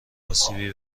اسیبی